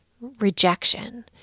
rejection